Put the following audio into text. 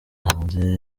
hanze